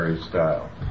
style